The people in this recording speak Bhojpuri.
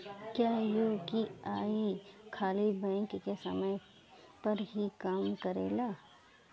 क्या यू.पी.आई खाली बैंक के समय पर ही काम करेला?